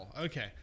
Okay